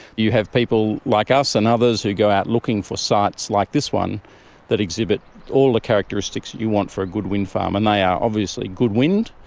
you have people like us and others who go out looking for sites like this one that exhibit all the characteristics you want for a good wind farm, and they are obviously good wind,